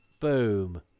Boom